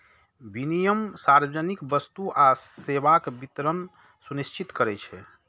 विनियम सार्वजनिक वस्तु आ सेवाक वितरण सुनिश्चित करै छै